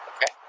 Okay